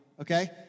okay